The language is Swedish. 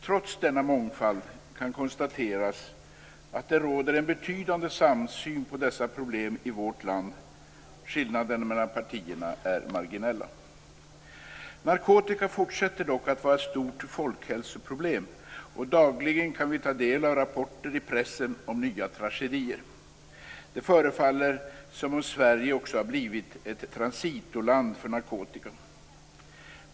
Trots denna mångfald kan konstateras att det råder en betydande samsyn på dessa problem i vårt land. Skillnaderna mellan partierna är marginella. Narkotika fortsätter dock att vara ett stort folkhälsoproblem. Dagligen kan vi ta del av rapporter i pressen om nya tragedier. Det förefaller som om Sverige också har blivit ett transitoland för narkotika.